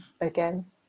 again